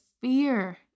fear